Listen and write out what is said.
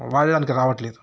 వాడడానికి రావట్లేదు